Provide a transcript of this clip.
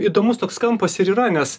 įdomus toks kampas ir yra nes